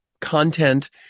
content